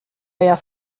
euer